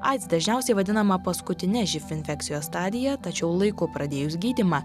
aids dažniausiai vadinama paskutine živ infekcijos stadija tačiau laiku pradėjus gydymą